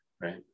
right